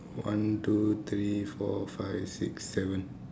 one two three four five six seven